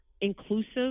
inclusive